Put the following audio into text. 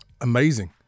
Amazing